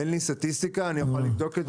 אין לי סטטיסטיקה, אני יכול לבדוק את זה.